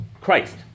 Christ